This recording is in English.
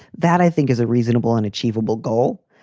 that, i think, is a reasonable and achievable goal.